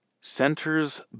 centers